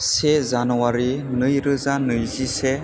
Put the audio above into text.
से जानुवारि नै रोजा नैजि से